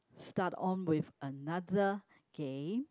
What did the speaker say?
start on with another game